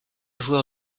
joueur